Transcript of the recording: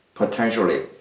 Potentially